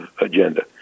agenda